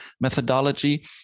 methodology